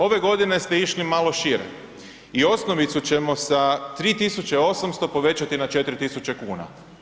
Ove godine ste išli malo šire i osnovicu ćemo sa 3800 povećati na 4000 kuna.